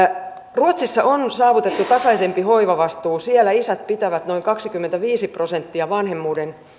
ruotsissa on saavutettu tasaisempi hoivavastuu siellä isät pitävät noin kaksikymmentäviisi prosenttia vanhemmuuden